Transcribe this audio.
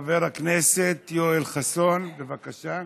חבר הכנסת יואל חסון, בבקשה,